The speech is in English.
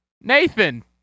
Nathan